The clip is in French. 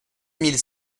mille